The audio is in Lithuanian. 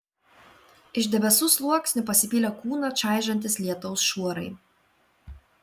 iš debesų sluoksnių pasipylė kūną čaižantys lietaus šuorai